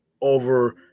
over